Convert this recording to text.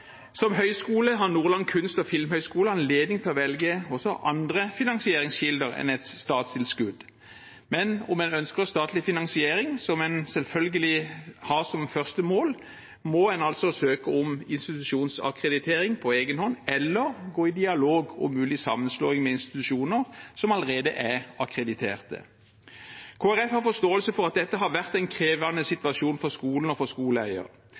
Som høyskole har Nordland kunst- og filmhøgskole anledning til å velge også andre finansieringskilder enn et statstilskudd, men om en ønsker statlig finansiering, som en selvfølgelig har som første mål, må en altså søke om institusjonsakkreditering på egen hånd, eller gå i dialog om mulig sammenslåing med institusjoner som allerede er akkrediterte. Kristelig Folkeparti har forståelse for at dette har vært en krevende situasjon for skolen og for